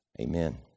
Amen